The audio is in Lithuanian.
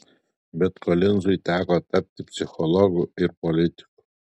bet kolinzui teko tapti psichologu ir politiku